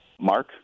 Mark